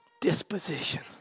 disposition